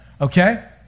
okay